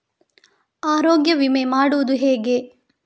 ಆರೋಗ್ಯ ವಿಮೆ ಮಾಡುವುದು ಹೇಗೆ?